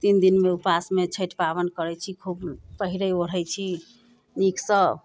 तीन दिनमे उपवासमे छठि पाबनि करैत छी खूब पहिरैत ओढ़ैत छी नीकसँ